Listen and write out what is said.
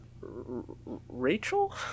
rachel